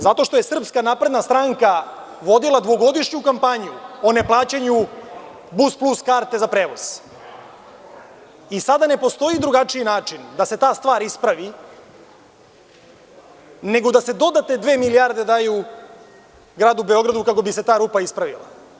Zato što je SNS vodila dvogodišnju kampanju o neplaćanju „Bus Plus“ karte za prevoz i sada ne postoji drugačiji način da se ta stvar ispravi nego da se dodatne dve milijarde daju Gradu Beogradu kako bi se ta rupa ispravila.